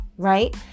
Right